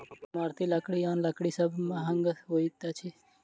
इमारती लकड़ी आन लकड़ी सभ सॅ महग होइत अछि